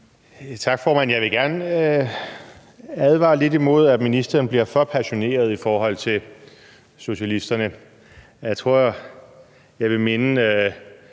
Tak, formand. Jeg vil gerne advare lidt imod, at ministeren bliver for passioneret i sit forhold til socialisterne. Jeg tror, jeg vil minde